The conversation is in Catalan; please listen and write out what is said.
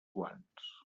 guants